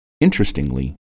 Interestingly